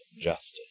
justice